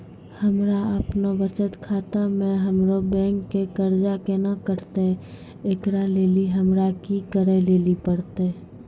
हमरा आपनौ बचत खाता से हमरौ बैंक के कर्जा केना कटतै ऐकरा लेली हमरा कि करै लेली परतै?